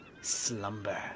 slumber